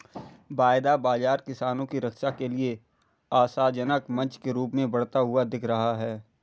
वायदा बाजार किसानों की रक्षा के लिए आशाजनक मंच के रूप में बढ़ता हुआ दिख रहा है